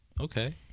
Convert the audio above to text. Okay